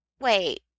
wait